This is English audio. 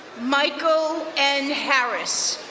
michael ann harris,